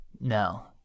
no